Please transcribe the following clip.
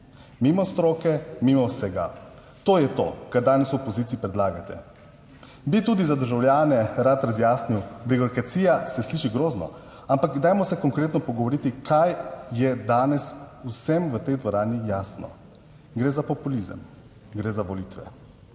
Mimo stroke, mimo vsega. To je to, kar danes v opoziciji predlagate. Bi tudi za državljane rad razjasnil. Birokracija se sliši grozno, ampak dajmo se konkretno pogovoriti, kaj je danes vsem v tej dvorani jasno. Gre za populizem, gre za volitve,